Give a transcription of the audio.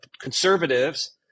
conservatives